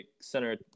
center